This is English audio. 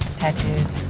tattoos